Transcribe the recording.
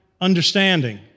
understanding